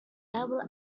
double